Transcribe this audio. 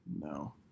no